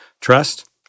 trust